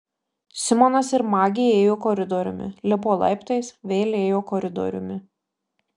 simonas ir magė ėjo koridoriumi lipo laiptais vėl ėjo koridoriumi